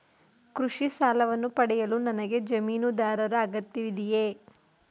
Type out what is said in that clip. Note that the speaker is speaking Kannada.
ಕೃಷಿ ಸಾಲವನ್ನು ಪಡೆಯಲು ನನಗೆ ಜಮೀನುದಾರರ ಅಗತ್ಯವಿದೆಯೇ?